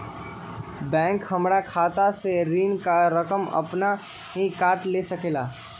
Bank हमार खाता से ऋण का रकम अपन हीं काट ले सकेला?